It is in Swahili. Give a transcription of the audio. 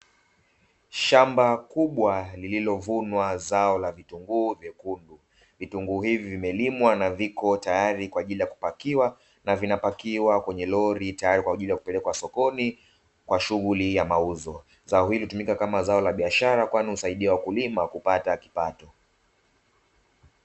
Shamba kubwa, lililovunwa zao la vitunguu vyekundu. Vitunguu hivi vimelimwa na viko tayari kwa ajili ya kupakiwa na vinapakiwa kwenye lori tayari kwa ajili ya kupelekwa sokoni kwa shughuli ya mauzo. Zao hili hutumika kama zao la biashara, kwani husaidia wakulima kupata kipato.